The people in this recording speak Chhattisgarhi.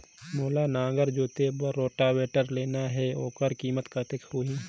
मोला नागर जोते बार रोटावेटर लेना हे ओकर कीमत कतेक होही?